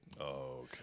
okay